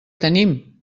tenim